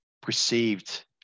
perceived